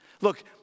Look